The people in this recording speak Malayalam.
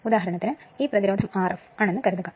ഉദാഹരണത്തിന് ഈ പ്രതിരോധം Rf ആണെന്ന് കരുതുക